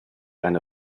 eine